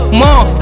more